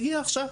הגיע עכשיו,